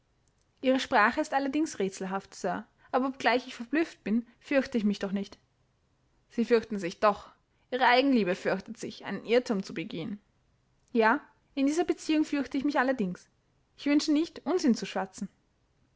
ihre sprache ist allerdings rätselhaft sir aber obgleich ich verblüfft bin fürchte ich mich doch nicht sie fürchten sich doch ihre eigenliebe fürchtet sich einen irrtum zu begehen ja in dieser beziehung fürchte ich mich allerdings ich wünsche nicht unsinn zu schwatzen